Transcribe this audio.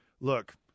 look